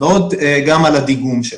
וגם על הדיגום שלה.